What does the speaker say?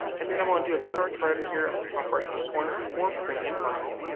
and then, i'm going to do a search right up here at the top right hand corner for premium vinyl.